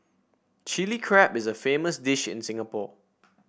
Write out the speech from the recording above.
Chilli Crab is a famous dish in Singapore